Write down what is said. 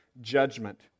judgment